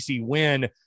win